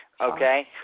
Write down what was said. Okay